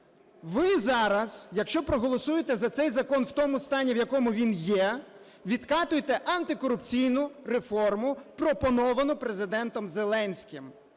Ви зараз, якщо проголосуєте за цей закон в тому стані, в якому він є, відкатуєте антикорупційну реформу, пропоновану Президентом Зеленським,